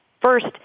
first